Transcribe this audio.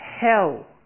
hell